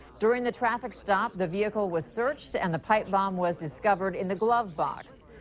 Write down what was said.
during the traffic stop, the vehicle was searched and the pipe bomb was discovered in the glove box.